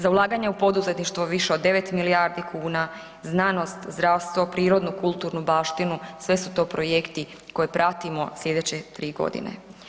Za ulaganje u poduzetništvo više od 9 milijardi kuna, znanost, zdravstvo, prirodnu, kulturnu baštinu sve su to projekti koje pratimo sljedeće tri godine.